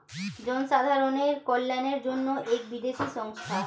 জনসাধারণের কল্যাণের জন্য এক বিদেশি সংস্থা